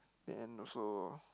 then also